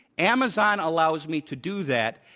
amazon allows me to do that.